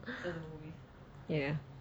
yeah